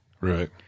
Right